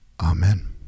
Amen